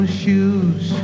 shoes